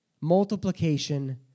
Multiplication